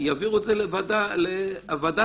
ועדת